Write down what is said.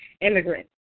immigrants